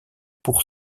pour